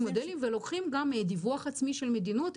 מודלים וגם לוקחים דיווח עצמי של מדינות.